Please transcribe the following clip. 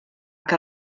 que